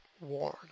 warn